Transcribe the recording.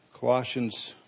Colossians